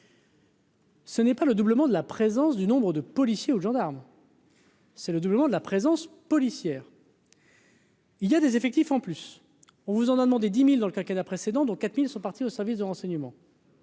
Ce n'est pas le doublement de la présence du nombre de policiers ou gendarmes. C'est le doublement de la présence policière. Il y a des effectifs en plus, on vous en a demandé 10000 dans le quinquennat précédent dont 4000 sont partis au service de renseignement.